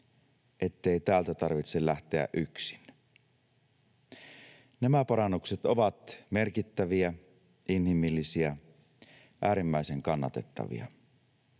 ettei täältä tarvitse lähteä yksin. Nämä parannukset ovat merkittäviä, inhimillisiä, äärimmäisen kannatettavia.